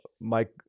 Mike